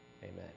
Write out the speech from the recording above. Amen